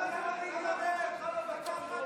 למה החוק שלך לא בא עם פטור מחובת הנחה?